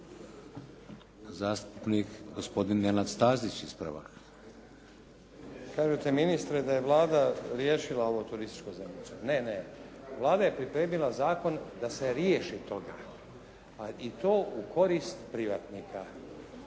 Zastupnik gospodin Nenad Stazić, ispravak. **Stazić, Nenad (SDP)** Kažete ministre da je Vlada riješila ovo turističko zemljište. Ne, ne. Vlada je pripremila zakon da se riješi toga i to u korist privatnika.